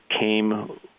came